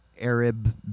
Arab